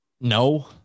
No